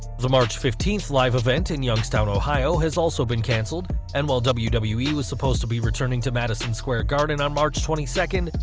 the march fifteenth live event in youngstown ohio has also been cancelled, and whilst wwe wwe yeah was supposed to be returning to madison square garden on march twenty second,